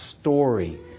story